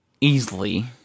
easily